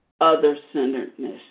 other-centeredness